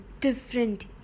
different